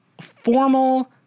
formal